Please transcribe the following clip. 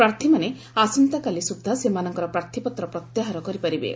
ପ୍ରାର୍ଥୀମାନେ ଆସନ୍ତାକାଲି ସ୍ରଦ୍ଧା ସେମାନଙ୍କର ପ୍ରାର୍ଥୀପତ୍ର ପ୍ରତ୍ୟାହାର କରିପାରିବେ